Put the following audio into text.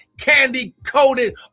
candy-coated